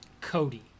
cody